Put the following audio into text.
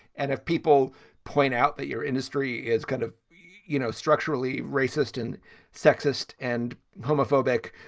and if people point out that your industry is kind of, you know, structurally racist and sexist and homophobic,